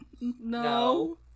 No